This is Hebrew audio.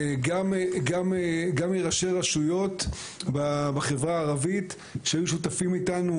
גם מראשי רשויות בחברה הערבית שהיו שותפים איתנו,